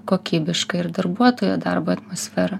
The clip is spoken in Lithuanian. kokybišką ir darbuotojo darbo atmosferą